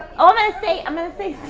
oh i'm going to say, i'm gonna say,